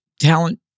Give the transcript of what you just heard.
talent